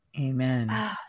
Amen